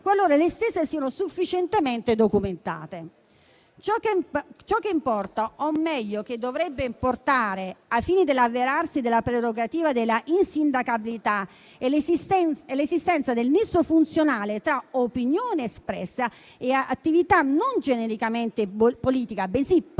qualora le stesse siano sufficientemente documentate. Ciò che importa, o meglio che dovrebbe importare ai fini dell'avverarsi della prerogativa della insindacabilità, è l'esistenza del nesso funzionale tra opinione espressa e attività non genericamente politica, bensì parlamentare,